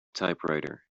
typewriter